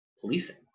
policing